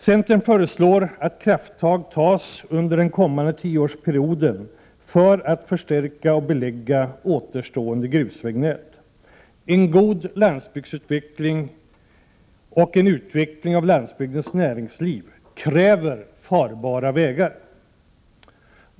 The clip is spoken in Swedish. Centern föreslår att krafttag tas under den kommande tioårsperioden för att förstärka och belägga återstående grusvägnät. En god landsbygdsutveckling och en utveckling av landsbygdens näringsliv kräver farbara vägar.